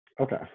Okay